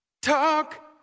Talk